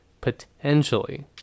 potentially